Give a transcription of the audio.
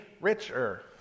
richer